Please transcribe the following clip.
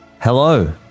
Hello